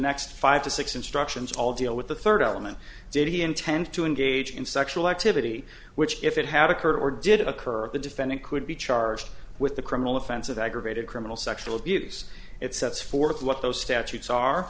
next five to six instructions all deal with the third element did he intend to engage in sexual activity which if it had occurred or did it occur at the defendant could be charged with the criminal offense of aggravated criminal sexual abuse it sets forth what those statutes are